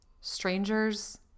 strangers